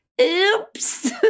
Oops